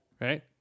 right